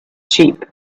sheep